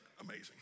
amazing